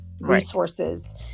resources